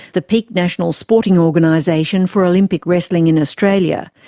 the peak national sporting organisation for olympic wrestling in australia.